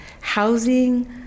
housing